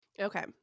Okay